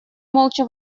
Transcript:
молча